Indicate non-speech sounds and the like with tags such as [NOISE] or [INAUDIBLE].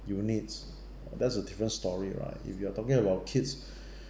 units uh that's a different story right if you are talking about kids [BREATH]